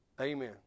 Amen